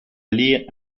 lire